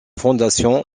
fondation